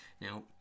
Now